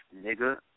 nigga